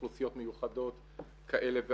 ועם